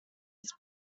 its